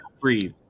breathe